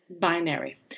binary